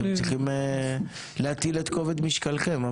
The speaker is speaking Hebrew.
אתם צריכים להטיל את כובד משקלכם,